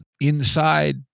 inside